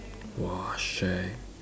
!wah! shagged